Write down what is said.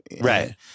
Right